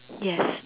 yes